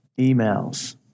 emails